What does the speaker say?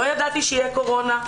לא ידעתי שתהיה קורונה,